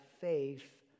faith